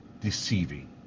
deceiving